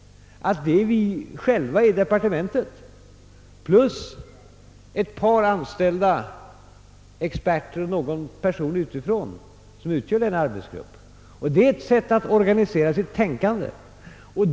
Det är vi själva i departementen plus ett par anställda experter och någon person utifrån som utgör denna arbetsgrupp. Det är ett sätt att organisera sitt tänkande.